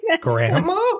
Grandma